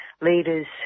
leaders